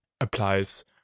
applies